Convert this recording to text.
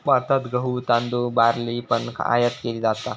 भारतात गहु, तांदुळ, बार्ली पण आयात केली जाता